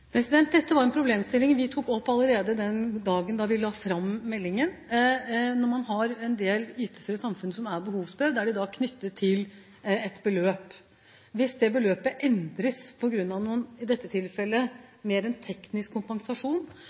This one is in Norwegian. Dette var en problemstilling vi tok opp allerede den dagen da vi la fram meldingen. Når man har en del ytelser i samfunnet som er behovsprøvd, er de knyttet til et beløp. Hvis det beløpet endres på grunn av – i dette tilfellet – en mer teknisk kompensasjon,